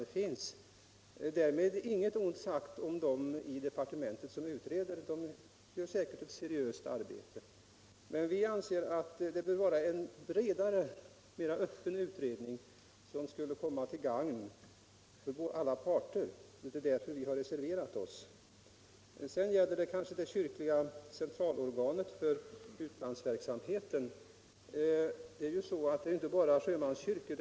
Därmed inget ont sagt om dem i departementet som utreder. De utför säkert ett seriöst arbete. Vi tycker emellertid att det bör vara en bredare och mer öppen utredning, vilket skulle vara till gagn för alla parter. Därför har vi reserverat oss. Beträffande det kyrkliga centralorganet för utlandsverksamheten vill jag framhålla att det inte gäller bara sjömanskyrkorna.